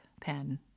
pen